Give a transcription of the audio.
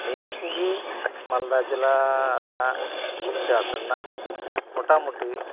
ᱱᱤᱭᱟᱹᱠᱚᱜᱮ ᱢᱟᱞᱫᱟ ᱡᱮᱞᱟ ᱨᱮᱱᱟᱜ ᱩᱞ ᱪᱟᱥ ᱨᱮᱱᱟᱜ ᱢᱚᱴᱟᱢᱩᱴᱤ